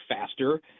faster